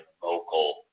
vocal